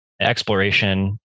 exploration